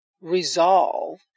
resolve